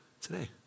today